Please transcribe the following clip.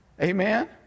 Amen